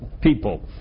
people